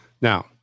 Now